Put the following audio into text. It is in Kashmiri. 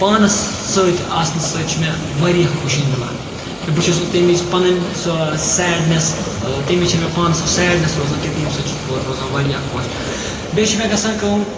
پانَس سۭتۍ آسنہٕ سۭتۍ چھُ مےٚ واریاہ خوشی مِلان کہِ بہٕ چھُس نہٕ تمہِ وِز پنٕنۍ سۄ سیڈنٮ۪س تمہِ وِز چھِنہٕ مےٚ پانَس سۄ سیڈنٮ۪س روزان کینٛہہ تمہِ سۭتۍ چھُس بہٕ روزان واریاہ خۄش بیٚیہِ چھُ مےٚ گژھان کٲم